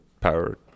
power